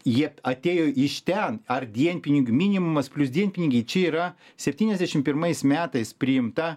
jie atėjo iš ten ar dienpinigių minimumas plius dienpinigiai čia yra septyniasdešim pirmais metais priimta